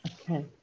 Okay